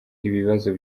ibibazo